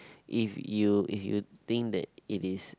if you if you think that it is